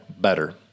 better